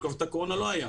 בתקופת הקורונה לא היה.